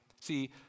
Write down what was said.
See